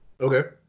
Okay